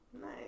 Nice